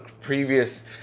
previous